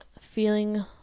feeling